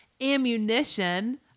ammunition